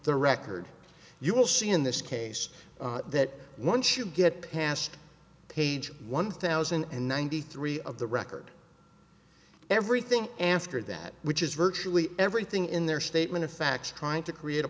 the record you will see in this case that once you get past page one thousand and ninety three of the record everything after that which is virtually everything in their statement of facts trying to create a